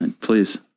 Please